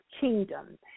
kingdom